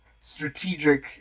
strategic